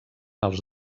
als